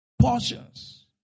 portions